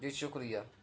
جی شکریہ